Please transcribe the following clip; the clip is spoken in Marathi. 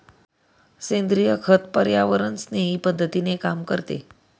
सेंद्रिय खत पर्यावरणस्नेही पद्धतीने काम करते